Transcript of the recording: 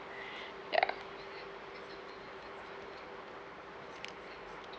ya